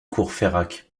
courfeyrac